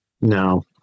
No